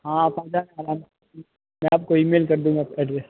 हाँ आप ऑर्डर हमारा ले मैं आपको ईमेल कर दूंगा एड्रैस